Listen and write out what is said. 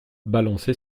balançait